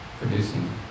producing